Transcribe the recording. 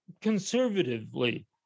conservatively